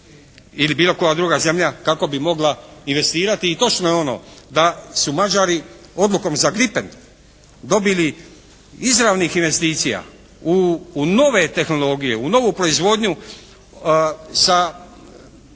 ili bilo koja druga zemlja kako bi mogla investirati i točno je ono da su Mađari odlukom za …/Govornik se ne razumije./… dobili izravnih investicija u nove tehnologije, u novu proizvodnju sa